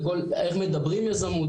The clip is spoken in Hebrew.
איך מדברים יזמות,